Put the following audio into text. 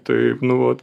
taip nu vot